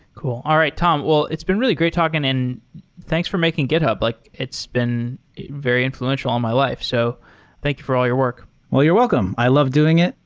cool. all right. tom, well, it's been really great talking, and thanks for making github. like it's been very influential all my life. so thank you for all your work well, you're welcome. i love doing it.